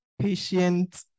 patient